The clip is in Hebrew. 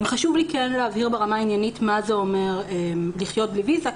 חשוב לי להבהיר ברמה העניינית מה זה אומר לחיות בלי ויזה,